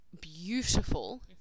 beautiful